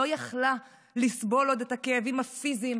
לא יכלה לסבול עוד את הכאבים הפיזיים